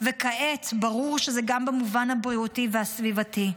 וכעת ברור שזה גם במובן הבריאותי והסביבתי.